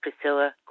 Priscilla